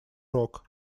рог